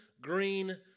green